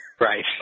Right